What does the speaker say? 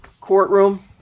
courtroom